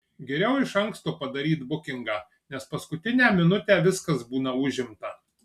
geriau iš anksto padaryt bukingą nes paskutinę minutę viskas būna užimta